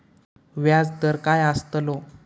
व्याज दर काय आस्तलो?